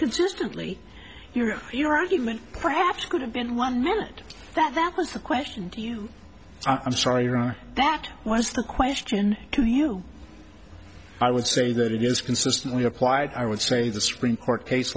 consistently your your argument perhaps could have been one meant that that was the question to you i'm sorry your honor that was the question to you i would say that it is consistently applied i would say the supreme court case